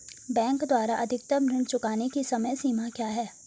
Bank द्वारा अधिकतम ऋण चुकाने की समय सीमा क्या है?